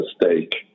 mistake